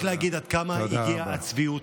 רק להגיד עד כמה הגיעה הצביעות.